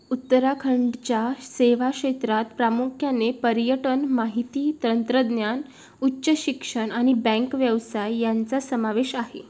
उत्तराखंडच्या सेवा क्षेत्रात प्रामुख्याने पर्यटन माहिती तंत्रज्ञान उच्च शिक्षण आणि बँक व्यवसाय यांचा समावेश आहे